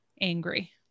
angry